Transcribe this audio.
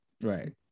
Right